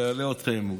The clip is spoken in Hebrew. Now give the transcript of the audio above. לא אלאה אתכם,